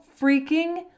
freaking